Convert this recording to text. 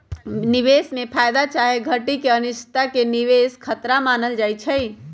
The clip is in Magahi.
निवेश में फयदा चाहे घटि के अनिश्चितता के निवेश खतरा मानल जाइ छइ